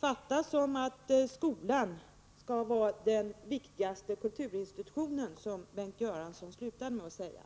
fattas som att skolan skall vara den viktigaste kulturinstitutionen, som Bengt Göransson slutade med att säga.